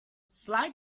slide